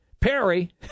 Perry